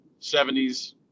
70s